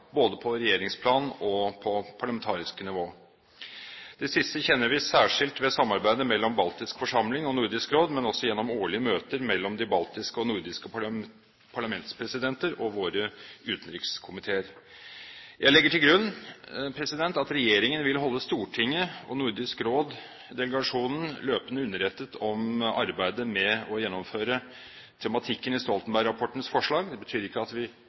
både på regjeringsplan og på parlamentarisk nivå. Det siste kjenner vi særskilt ved samarbeidet mellom Baltisk Forsamling og Nordisk Råd, men også gjennom årlige møter mellom de baltiske og de nordiske parlamentspresidentene og utenrikskomiteene. Jeg legger til grunn at regjeringen vil holde Stortinget og Nordisk Råd-delegasjonen løpende underrettet om arbeidet med å gjennomføre tematikken i Stoltenberg-rapportens forslag. Det betyr ikke at vi